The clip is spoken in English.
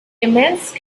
immense